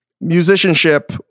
musicianship